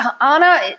Anna